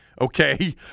okay